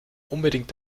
unbedingt